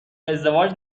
ازدواج